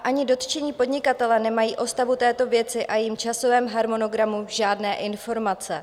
Ani dotčení podnikatelé nemají o stavu této věci a jejím časovém harmonogramu žádné informace.